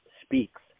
Speaks